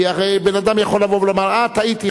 כי הרי בן-אדם יכול לבוא ולומר: טעיתי,